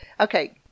Okay